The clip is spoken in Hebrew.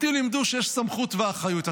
אותי לימדו שיש סמכות ואחריות.